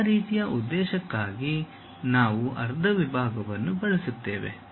ಆ ರೀತಿಯ ಉದ್ದೇಶಕ್ಕಾಗಿ ನಾವು ಅರ್ಧ ವಿಭಾಗವನ್ನು ಬಳಸುತ್ತೇವೆ